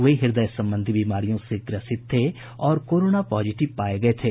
वे हृदय संबंधी बीमारियों से ग्रसित थे और कोरोना पॉजिटिव पाए गये थे